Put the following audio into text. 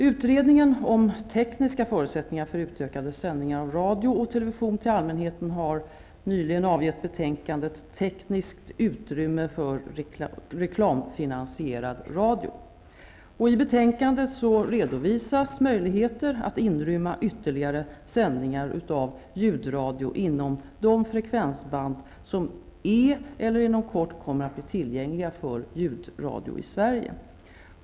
Utredningen om tekniska förutsättningar för utökade sändningar av radio och television till allmänheten har nyligen avgett betänkandet Tekniskt utrymme för reklamfinansierad radio. I betänkandet redovisas möjligheter att inrymma ytterligare sändningar av ljudradio inom de frekvensband som är eller inom kort kommer att bli tillgängliga för ljudradio i Sverige.